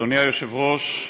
אדוני היושב-ראש,